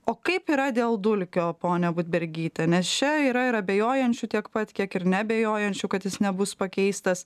o kaip yra dėl dulkio ponia budbergyte nes čia yra ir abejojančių tiek pat kiek ir neabejojančių kad jis nebus pakeistas